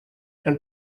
and